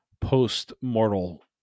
post-mortal